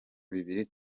biri